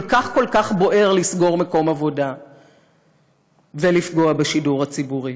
כל כך כל כך בוער לסגור מקום עבודה ולפגוע בשידור הציבורי.